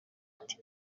ati